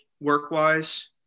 work-wise